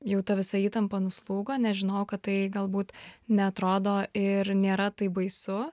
jau ta visa įtampa nuslūgo nes žinojau kad tai galbūt neatrodo ir nėra taip baisu